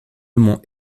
mont